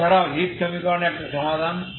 এছাড়াও হিট সমীকরণের একটি সমাধান